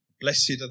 blessed